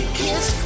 kiss